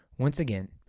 once again,